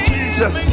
Jesus